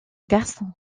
garçon